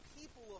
people